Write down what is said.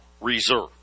Reserve